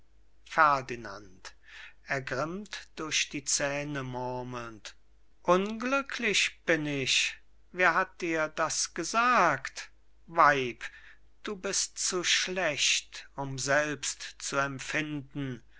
murmelnd unglücklich bin ich wer hat dir das gesagt weib du bist zu schlecht und selbst zu